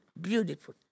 beautiful